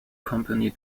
company